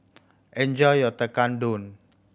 enjoy your Tekkadon